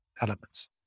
elements